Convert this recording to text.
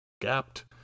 gapped